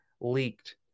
leaked